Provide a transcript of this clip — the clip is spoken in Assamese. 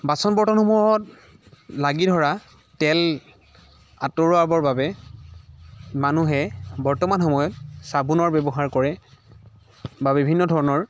বাচন বৰ্তনসমূহত লাগি থকা তেল আঁতৰাবৰ বাবে মানুহে বৰ্তমান সময়ত চাবোনৰ ব্যৱহাৰ কৰে বা বিভিন্ন ধৰণৰ